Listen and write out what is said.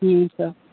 जी sir